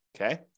Okay